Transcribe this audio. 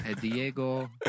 Diego